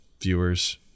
viewers